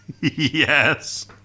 Yes